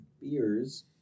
beers